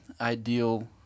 ideal